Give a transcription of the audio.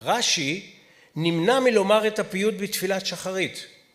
רש"י נמנע מלומר את הפיוט בתפילת שחרית.